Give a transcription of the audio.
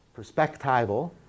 perspectival